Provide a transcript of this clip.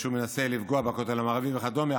שהוא מנסה לפגוע בכותל המערבי וכדומה.